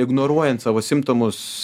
ignoruojant savo simptomus